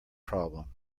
problem